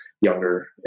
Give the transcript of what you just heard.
younger